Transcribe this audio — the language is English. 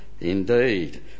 Indeed